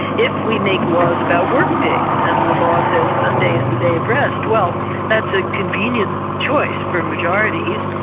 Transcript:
if we make laws about workdays and the law says sunday is the day of rest. well that's a convenient choice for majorities.